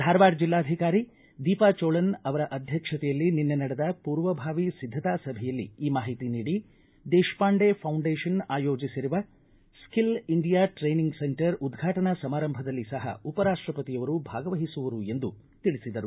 ಧಾರವಾಡ ಜಿಲ್ಲಾಧಿಕಾರಿ ದೀಪಾ ಜೋಳನ್ ಅವರ ಅಧ್ಯಕ್ಷತೆಯಲ್ಲಿ ನಿನ್ನೆ ನಡೆದ ಪೂರ್ವಭಾವಿ ಸಿದ್ಧತಾ ಸಭೆಯಲ್ಲಿ ಈ ಮಾಹಿತಿ ನೀಡಿ ದೇಶಪಾಂಡೆ ಫೌಂಡೇಶನ್ ಆಯೋಜಿಸಿರುವ ಸ್ಕೆಲ್ ಇಂಡಿಯಾ ಟ್ರೇನಿಂಗ್ ಸೆಂಟರ್ ಉದ್ಘಾಟನಾ ಸಮಾರಂಭದಲ್ಲಿ ಸಹ ಉಪರಾಷ್ಟಪತಿಯವರು ಭಾಗವಹಿಸುವರು ಎಂದು ತಿಳಿಸಿದರು